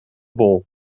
bol